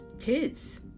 kids